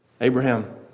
Abraham